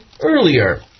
earlier